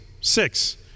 six